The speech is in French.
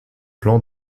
plans